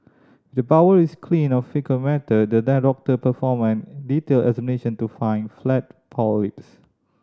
the bowel is clean of faecal matter then doctor can perform a detailed examination to find flat polyps